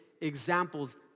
examples